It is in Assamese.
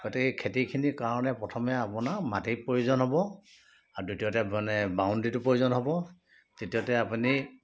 গতিকে খেতিখিনি কাৰণে প্ৰথমে আপোনাৰ মাটিৰ প্ৰয়োজন হ'ব আৰু দ্বিতীয়তে মানে বাউণ্ডৰীটো প্ৰয়োজন হ'ব তৃতীয়তে আপুনি